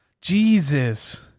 Jesus